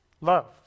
Love